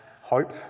hope